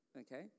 Okay